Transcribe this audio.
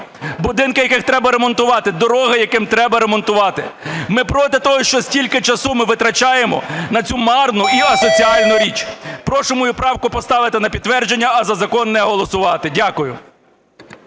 будинки яких треба ремонтувати, дороги яким треба ремонтувати. Ми проти того, що стільки часу ми витрачаємо на цю марну і асоціальну річ. Прошу мою правку поставити на підтвердження, а за закон не голосувати. Дякую.